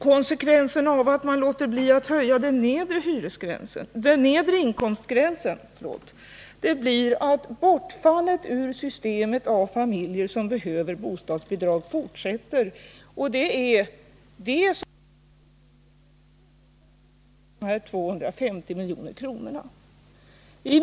Konsekvenserna av att man låter bli att höja den nedre inkomstgränsen blir att bortfallet ur systemet av familjer som behöver bostadsbidrag fortsätter. Det är de som svarar för den allra största delen av de 250 milj.kr. som sparas.